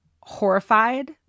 horrified